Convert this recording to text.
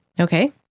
Okay